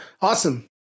awesome